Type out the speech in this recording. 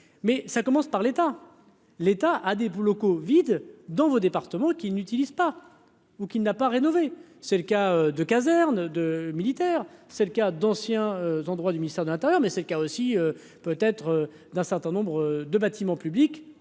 mais ça commence par l'État, l'État a des vous locaux vides dans vos départements qui n'utilisent pas ou qui n'a pas rénové, c'est le cas de caserne de militaires. C'est le cas d'anciens endroits du ministère de l'Intérieur, mais c'est le cas aussi peut être d'un certain nombre de bâtiments publics